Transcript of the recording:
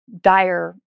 dire